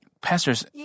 pastors